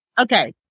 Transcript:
Okay